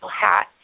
hat